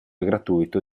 gratuito